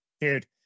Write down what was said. Dude